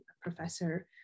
professor